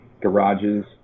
garages